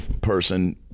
person